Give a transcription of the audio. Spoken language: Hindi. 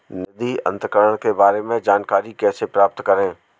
निधि अंतरण के बारे में जानकारी कैसे प्राप्त करें?